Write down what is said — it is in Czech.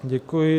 Děkuji.